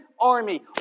Army